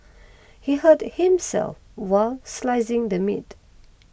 he hurt himself while slicing the meat